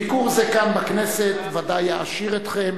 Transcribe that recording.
ביקור זה, כאן בכנסת, ודאי יעשיר אתכם